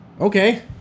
Okay